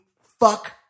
Fuck